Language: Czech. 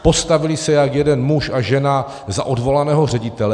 Postavili se jak jeden muž a žena za odvolaného ředitele.